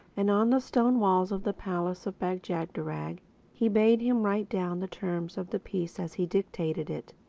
and on the stone walls of the palace of bag-jagderag he bade him write down the terms of the peace as he dictated it.